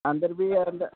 ಅಂದರ್ ಬಿ